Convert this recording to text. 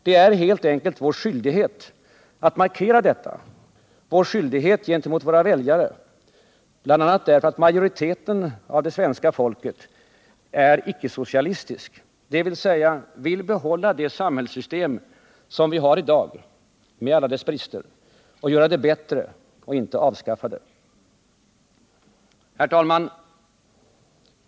Det är helt enkelt vår skyldighet mot våra väljare att markera detta, bl.a. därför att majoriteten av svenska folket är ickesocialistisk, dvs. vill behålla det samhällssystem som vi har i dag med alla dess brister och göra det bättre — inte avskaffa det. Herr talman!